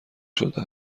شده